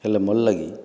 ହେଲେ ମୋର୍ ଲାଗି